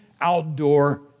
outdoor